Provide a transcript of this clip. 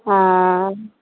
हँ